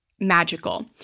magical